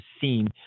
scene